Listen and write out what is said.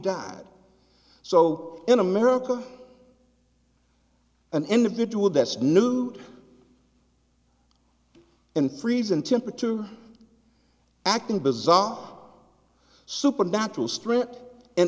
died so in america an individual that's nude in freezing temperatures acting bizarre supernatural strip and